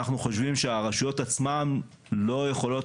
אנחנו חושבים שהרשויות עצמן לא יכולות